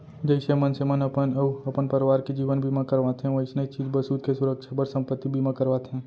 जइसे मनसे मन अपन अउ अपन परवार के जीवन बीमा करवाथें वइसने चीज बसूत के सुरक्छा बर संपत्ति बीमा करवाथें